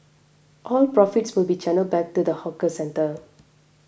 all profits will be channelled back to the hawker centre